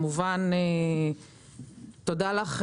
תודה לך,